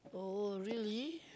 oh really